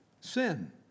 sin